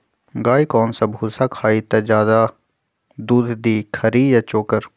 गाय कौन सा भूसा खाई त ज्यादा दूध दी खरी या चोकर?